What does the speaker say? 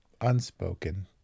unspoken